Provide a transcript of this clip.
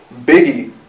Biggie